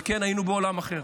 וכן, היינו בעולם אחר.